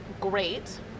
great